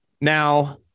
Now